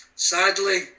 sadly